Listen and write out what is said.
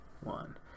one